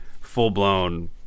full-blown